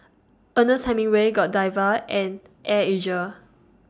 Ernest Hemingway Godiva and Air Asia